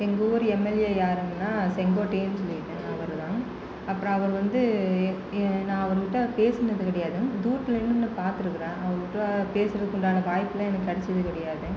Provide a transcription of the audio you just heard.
எங்கள் ஊர் எம்எல்ஏ யாருன்னால் செங்கோட்டையன் சொல்லிட்டு அவர்தான் அப்புறம் அவர் வந்து எ எ நான் அவருகிட்ட பேசுனது கிடையாது தூரத்தில் நின்று நான் பார்த்துருக்குறேன் அவருகிட்ட பேசுகிறதுக்குண்டான வாய்ப்புலாம் எனக்கு கிடச்சது கிடையாது